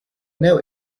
know